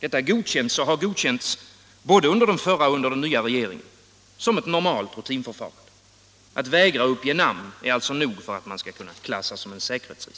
Detta godkänns och har godkänts både under den förra och den nya regeringen, som ett normalt rutinförfarande. Att vägra uppge namn är nog för att man skall kunna klassificeras som säkerhetsrisk.